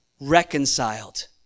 Reconciled